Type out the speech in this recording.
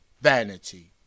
vanity